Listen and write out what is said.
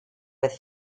with